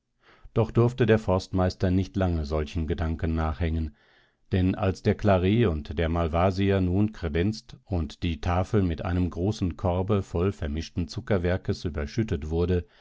doch durfte der forstmeister nicht lange solchen gedanken nachhängen denn als der claret und der malvasier nun kredenzt und die tafel mit einem großen korbe voll vermischten zuckerwerkes überschüttet wurde